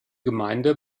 gemeinde